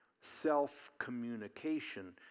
self-communication